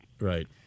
Right